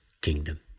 kingdom